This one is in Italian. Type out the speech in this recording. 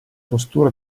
postura